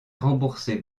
rembourser